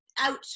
out